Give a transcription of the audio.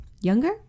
Younger